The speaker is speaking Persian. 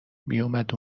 میومد